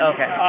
Okay